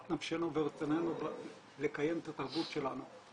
נפשנו ורצוננו לקיים את התרבות שלנו.